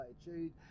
attitude